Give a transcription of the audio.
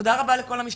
תודה רבה לכל המשתתפים,